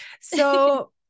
So-